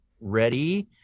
ready